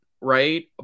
right